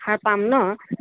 সাৰ পাম ন